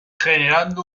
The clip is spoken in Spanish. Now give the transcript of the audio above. generando